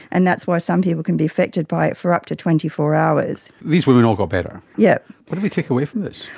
and that's why some people can be effected by it for up to twenty four hours. these women all got better. yes. what do we take away from this?